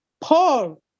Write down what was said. Paul